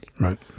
Right